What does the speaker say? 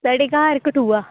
साढ़े घर कठुआ